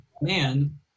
man